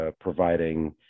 providing